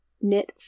knit